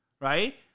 right